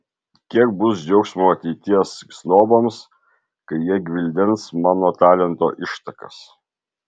kiek bus džiaugsmo ateities snobams kai jie gvildens mano talento ištakas